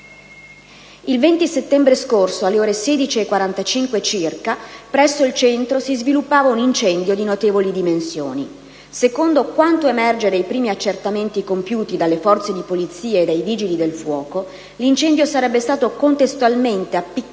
Il 20 settembre scorso, alle ore 16,45 circa, presso il centro si sviluppava un incendio di notevoli dimensioni. Secondo quanto emerge dai primi accertamenti compiuti dalle forze di polizia e dai Vigili del fuoco, l'incendio sarebbe stato contestualmente appiccato